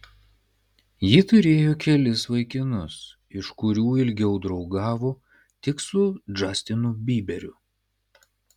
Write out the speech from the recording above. ji turėjo kelis vaikinus iš kurių ilgiau draugavo tik su džastinu byberiu